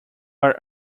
are